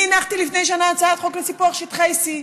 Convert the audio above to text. אני הנחתי לפני שנה הצעת חוק לסיפוח שטחי C,